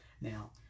now